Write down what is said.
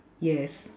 yes